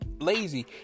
lazy